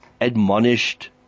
admonished